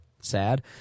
sad